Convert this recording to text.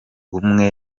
umwe